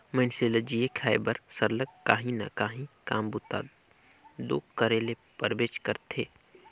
मइनसे ल जीए खाए बर सरलग काहीं ना काहीं काम बूता दो करे ले परबेच करथे